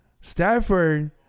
Stafford